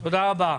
תודה רבה.